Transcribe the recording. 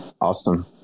Awesome